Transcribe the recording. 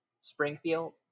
Springfield